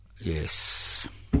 Yes